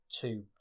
two